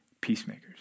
peacemakers